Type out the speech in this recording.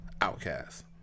outcast